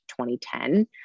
2010